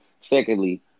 Secondly